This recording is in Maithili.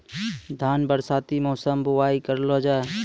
धान बरसाती मौसम बुवाई करलो जा?